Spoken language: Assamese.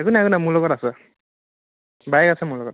একো নাই একো নাই মোৰ লগত আছে বাইক আছে মোৰ লগত